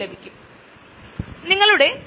ചില ക്യാൻസറുകൾക്ക് ഇത് വളരെ ഫലപ്രദമാണ്